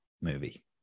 movie